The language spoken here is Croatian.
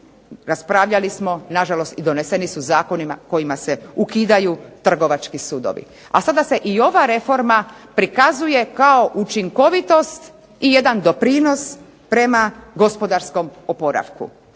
raspravljali smo na žalost i doneseni su zakonima kojima se ukidaju trgovački sudovi. A sada se i ova reforma prikazuje učinkovitost i jedan doprinos prema gospodarskom oporavku.